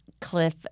Cliff